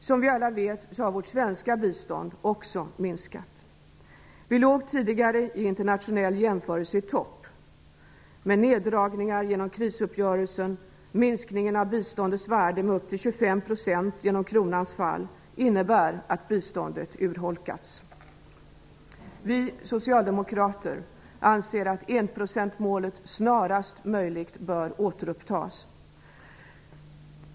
Som vi alla vet har det svenska biståndet också minskat. Vi låg tidigare i topp vid en internationell jämförelse. Men de neddragningar som skett genom krisuppgörelsen och minskningen av biståndets värde med upp till 25 % genom kronans fall innebär att biståndet urholkats. Vi socialdemokrater anser att enprocentsmålet snarast möjligt bör återuppnås.